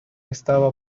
estaba